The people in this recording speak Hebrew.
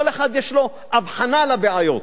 כל אחד יש לו אבחנה לבעיות.